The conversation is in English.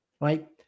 right